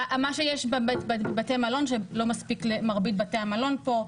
שיש בבתי המלון שלא מספיק למרבית בתי המלון פה,